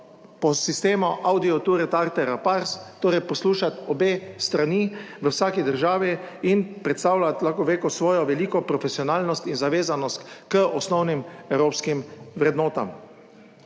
po sistemu / nerazumljivo/, torej poslušati obe strani v vsaki državi in predstavljati lahko neko svojo veliko profesionalnost in zavezanost k osnovnim evropskim vrednotam.